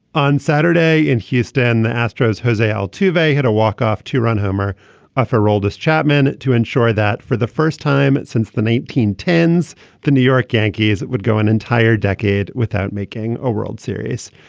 on saturday in houston the astros has a ah to they hit a walk off two run homer off her oldest chatman to ensure that for the first time since the nineteen ten s so the new york yankees would go an entire decade without making a world series.